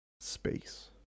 space